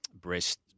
breast